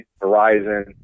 Verizon